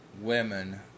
women